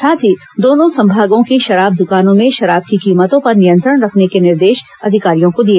साथ ही दोनों संभागों की शराब दुकानों में शराब की कीमतों पर नियंत्रण रखने के भी निर्देश अधिकारियों को दिए